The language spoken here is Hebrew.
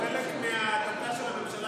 זה חלק מההדתה של הממשלה